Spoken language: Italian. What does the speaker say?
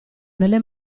nelle